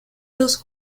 los